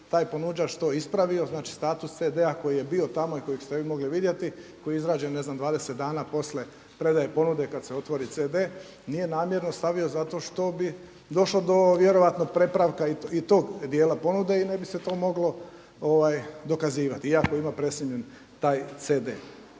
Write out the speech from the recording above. taj ponuđač to ispravo, znači status CD-a koji je bio tamo i kojeg ste vi mogli vidjeti koji je izrađen ne znam 20 dana poslije predaje ponude kada se otvori CD nije namjerno stavio zato što bi došlo do vjerojatno prepravka i tog dijela ponude i ne bi se to moglo dokazivati, iako ima presnimljen taj CD.